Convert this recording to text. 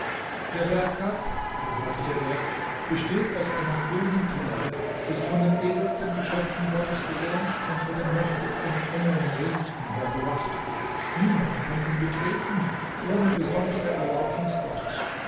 der berg kaf antwortete er besteht aus einer grünen perle ist von den edelsten geschöpfen gottes bewohnt und von den mächtigsten engeln rings umher bewacht niemand kann ihn betreten ohne besondere erlaubnis gottes